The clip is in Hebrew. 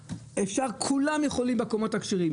כולם יכולים לקנות בקומות הכשרות.